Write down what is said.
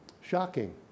Shocking